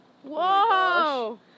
Whoa